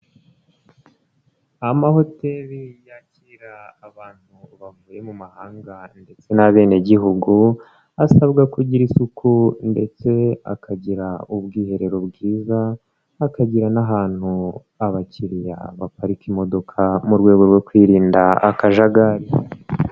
Amahoteri yakira abantu bavuye mu mahanga ndetse n'abenegihugu asabwa ko kugira isuku ndetse akagira ubwiherero bwiza akagira n'ahantu abakiriya baparika imodoka mu rwego rwo kwirinda akajagari.